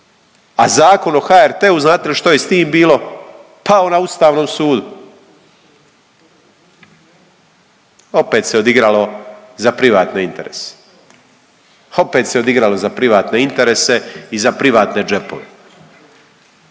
A Zakon o HRT-u znate li što je s tim bilo? Pao na Ustavnom sudu. Opet se odigralo za privatni interes, opet se odigralo za privatne interese i za privatne džepove.